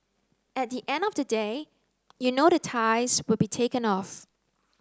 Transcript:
at the end of the day you know the ties will be taken off